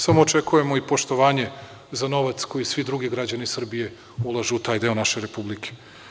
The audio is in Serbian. Samo očekujemo i poštovanje za novac koji svi drugi građani Srbije ulažu u te naše republike.